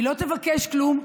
היא לא תבקש כלום,